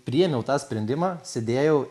priėmiau tą sprendimą sėdėjau